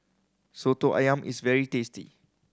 Soto Ayam is very tasty